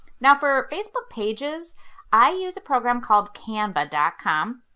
now for facebook pages i use a program called canva ah com.